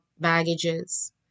baggages